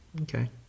Okay